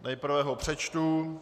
Nejprve ho přečtu.